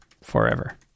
forever